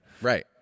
Right